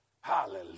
Hallelujah